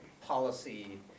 policy